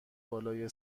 بالای